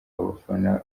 abafana